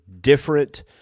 different